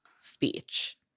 speech